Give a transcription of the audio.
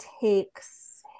takes